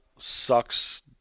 sucks